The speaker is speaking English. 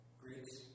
Greeks